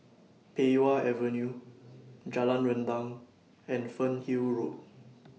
Pei Wah Avenue Jalan Rendang and Fernhill Road